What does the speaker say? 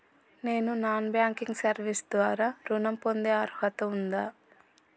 నేను non banking service ద్వారా ఋణం పొందే అర్హత ఉందా?